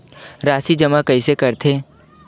राशि जमा कइसे करथे?